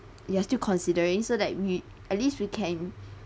you are still considering so that we at least we can